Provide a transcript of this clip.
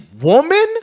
woman